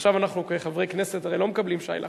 עכשיו אנחנו כחברי הכנסת הרי לא מקבלים שי לחג.